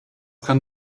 kann